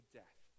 death